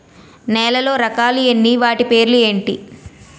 నేలలో రకాలు ఎన్ని వాటి పేర్లు ఏంటి?